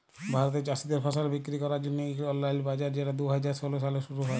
ভারতে চাষীদের ফসল বিক্কিরি ক্যরার জ্যনহে ইক অললাইল বাজার যেট দু হাজার ষোল সালে শুরু হ্যয়